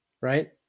right